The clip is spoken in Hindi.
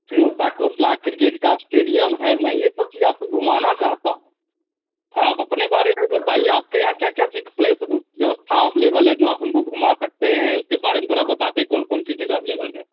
फिरोसा कोतला क्रिकेट का अस्टेडियम है मैं यह सब चीज़ आपको घूमाना चाहता हूँ थोड़ा आप अपने बारे में बताइए आपके यहाँ क्या क्या चीज़ प्लेस बु व्यवस्था अबलेबल है जो आप हमको घूमा सकते हैं उसके बारे में थोड़ा बताते कौन कौनसी जगह अबलेबल है